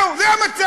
זהו, זה המצב.